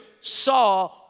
saw